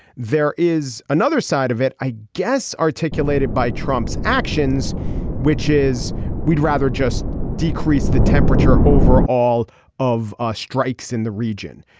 there is another side of it i guess articulated by trump's actions which is we'd rather just decrease the temperature overall of ah strikes in the region.